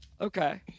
okay